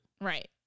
Right